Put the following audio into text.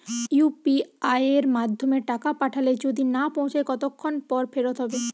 UPI য়ের মাধ্যমে টাকা পাঠালে যদি না পৌছায় কতক্ষন পর ফেরত হবে?